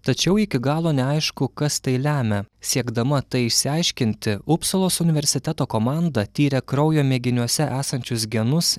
tačiau iki galo neaišku kas tai lemia siekdama tai išsiaiškinti upsalos universiteto komanda tyrė kraujo mėginiuose esančius genus